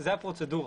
זו הפרוצדורה.